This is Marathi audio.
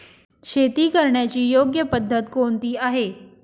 शेती करण्याची योग्य पद्धत कोणती आहे?